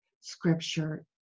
scripture